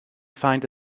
find